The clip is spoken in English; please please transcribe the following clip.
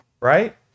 Right